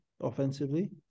offensively